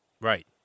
Right